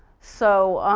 so